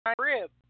rib